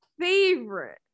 favorite